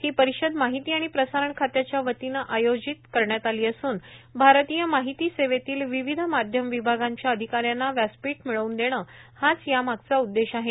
ही परिषद माहिती आणि प्रसारण खात्याच्या वतीनं आयोजित करण्यात आली असून भारतीय माहिती सेवेतील विविध माध्यमविभागांच्या अधिकाऱ्यांना व्यासपीठ मिळवून देणं हाच या मागचा उद्देश आहे